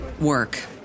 work